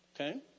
Okay